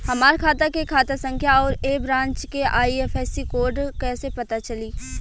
हमार खाता के खाता संख्या आउर ए ब्रांच के आई.एफ.एस.सी कोड कैसे पता चली?